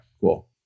cool